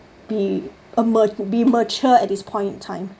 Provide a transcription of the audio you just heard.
be a ma~ be mature at this point in time